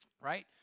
right